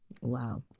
Wow